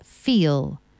feel